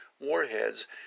warheads